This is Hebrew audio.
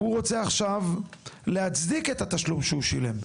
הוא רוצה עכשיו להצדיק את התשלום שהוא שילם,